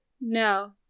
No